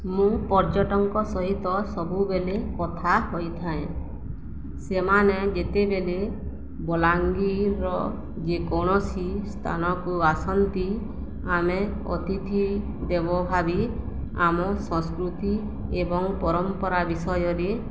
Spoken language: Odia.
ମୁଁ ପର୍ଯ୍ୟଟଙ୍କ ସହିତ ସବୁବେଳେ କଥା ହୋଇଥାଏ ସେମାନେ ଯେତେବେଳେ ବଲାଙ୍ଗୀରର ଯେକୌଣସି ସ୍ଥାନକୁ ଆସନ୍ତି ଆମେ ଅତିଥି ଦେବ ଭାବି ଆମ ସଂସ୍କୃତି ଏବଂ ପରମ୍ପରା ବିଷୟରେ